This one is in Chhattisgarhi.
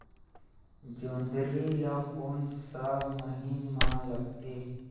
जोंदरी ला कोन सा महीन मां लगथे?